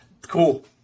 Cool